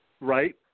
Right